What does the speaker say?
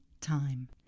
time